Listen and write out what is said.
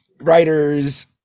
writer's